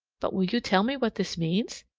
but will you tell me what this means?